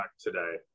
today